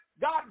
God